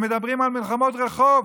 הם מדברים על מלחמות רחוב: